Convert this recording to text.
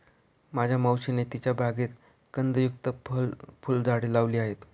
माझ्या मावशीने तिच्या बागेत कंदयुक्त फुलझाडे लावली आहेत